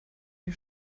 die